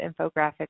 infographics